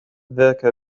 ذاك